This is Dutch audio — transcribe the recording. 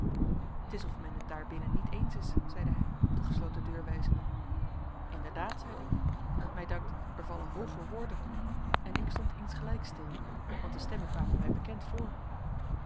t is of men het daarbinnen niet eens is zeide hij op de gesloten deur wijzende inderdaad zeide ik mij dankt er vallen hooge woorden en ik stond insgelijks stil want de stemmen kwamen mij bekend voor